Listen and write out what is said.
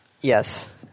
Yes